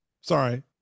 sorry